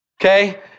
okay